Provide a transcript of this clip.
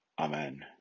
Amen